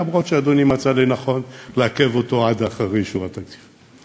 למרות שאדוני מצא לנכון לעכב אותו עד אחרי אישור התקציב,